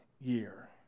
year